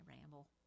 ramble